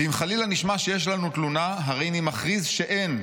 ואם חלילה נשמע שיש לנו תלונה, הריני מכריז שאין.